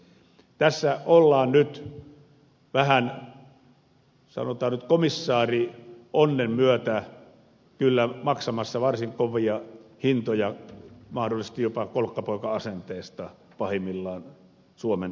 tässä ollaan vähän sanotaan nyt komissaari onnen myötä maksamassa varsin kovia hintoja mahdollisesti jopa kolkkapoika asenteesta pahimmillaan suomen maksuosuuksissa